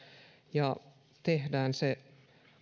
ja tehdään se